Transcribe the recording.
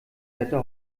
wetter